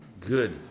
Good